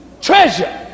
treasure